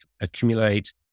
accumulate